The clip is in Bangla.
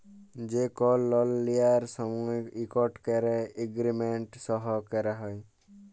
যে কল লল লিয়ার সময় ইকট ক্যরে এগ্রিমেল্ট সই ক্যরা হ্যয়